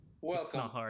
welcome